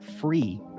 free